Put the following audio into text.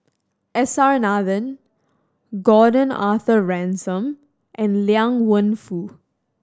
S R Nathan Gordon Arthur Ransome and Liang Wenfu